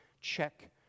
check